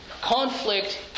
Conflict